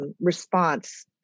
response